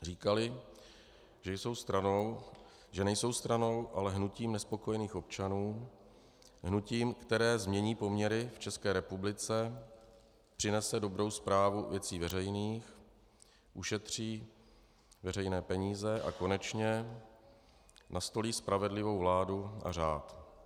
Říkali, že nejsou stranou, ale hnutím nespokojených občanů, hnutím, které změní poměry v České republice, přinese dobrou správu věcí veřejných, ušetří veřejné peníze a, konečně, nastolí spravedlivou vládu a řád.